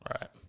right